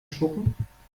spucken